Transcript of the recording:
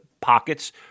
pockets